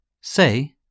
Say